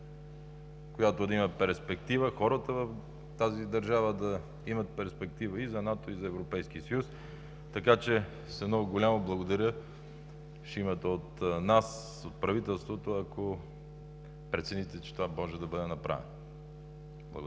която да има перспектива, хората в тази държава да имат перспектива и за НАТО, и за Европейския съюз. Ще имате голямо „Благодаря!“ от нас, от правителството, ако прецените, че това може да бъде направено. Благодаря.